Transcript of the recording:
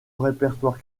répertoire